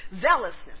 Zealousness